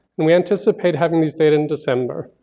and we anticipate having these data in december.